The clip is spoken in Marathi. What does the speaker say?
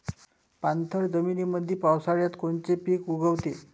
पाणथळ जमीनीमंदी पावसाळ्यात कोनचे पिक उगवते?